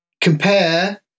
compare